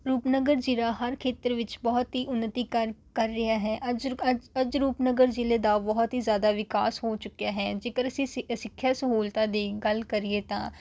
ਰੂਪਨਗਰ ਜ਼ਿਲ੍ਹਾ ਹਰ ਖੇਤਰ ਵਿੱਚ ਬਹੁਤ ਹੀ ਉੱਨਤੀ ਕਰ ਕਰ ਰਿਹਾ ਹੈ ਅੱਜ ਅੱਜ ਰੂਪਨਗਰ ਜ਼ਿਲ੍ਹੇ ਦਾ ਬਹੁਤ ਹੀ ਵਿਕਾਸ ਹੋ ਚੁੱਕਿਆ ਹੈ ਜੇਕਰ ਅਸੀਂ ਸਿਖ ਸਿੱਖਿਆ ਸਹੂਲਤਾਂ ਦੀ ਗੱਲ ਕਰੀਏ ਤਾਂ